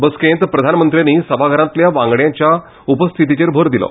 बसकेत प्रधानमंज्यानी सभाघरांतल्या वांगडयाच्या उपस्थितीचेर भर दिलो